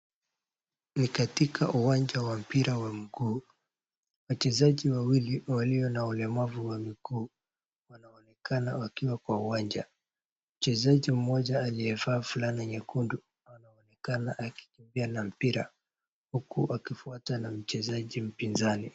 Ni katika uwanja wa mpira wa mguu, wachezaji wawili walio na ulemavu wa miguu wanaonekana wakiwa kwa uwanja. Mchezaji mmoja aliyevaa fulana nyekundu anaonekana akikimbia na mpira, huku akifuatwa na mchezaji mpinzani.